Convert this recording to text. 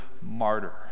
martyr